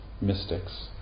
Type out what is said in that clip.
mystics